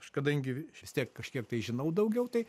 aš kadangi vis tiek kažkiek žinau daugiau tai